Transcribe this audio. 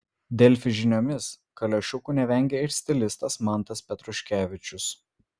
delfi žiniomis kaliošiukų nevengia ir stilistas mantas petruškevičius